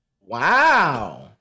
Wow